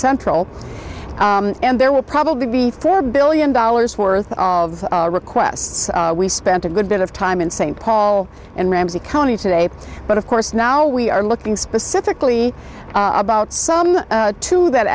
central and there will probably be four billion dollars worth of requests we spent a good bit of time in st paul and ramsey county today but of course now we are looking specifically about some two that